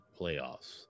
playoffs